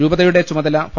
രൂപതയുടെ ചുമതല ഫാ